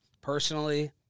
Personally